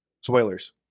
spoilers